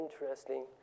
interesting